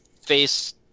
face